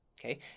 okay